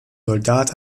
soldat